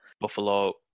Buffalo